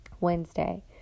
Wednesday